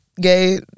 gay